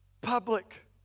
public